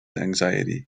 anxiety